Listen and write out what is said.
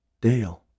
Dale